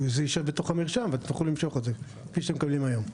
וזה יישב בתוך המרשם ותצטרכו למשוך את זה כפי שאתם מקבלים היום.